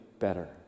better